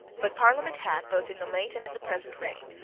but parliament had, both in the late and in the present reign,